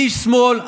איש שמאל,